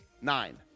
nine